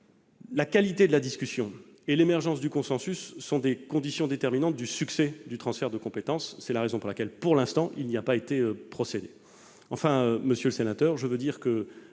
la qualité de la discussion et l'émergence du consensus sont des conditions déterminantes du succès. C'est la raison pour laquelle, pour l'instant, il n'a pas été procédé